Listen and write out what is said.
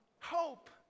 Hope